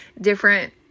different